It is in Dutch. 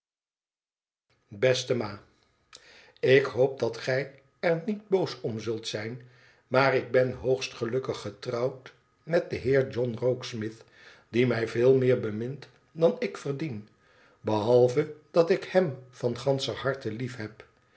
beste ma i ik hoop dat gij er niet boos om zijn zult maar ik ben hoogst gelukkig getrouwd met den heer john rokesmith die mij veel meer bemint dan ik verdien behalve dat ik hem van ganscher harte lief